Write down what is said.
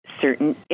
certain